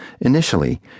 initially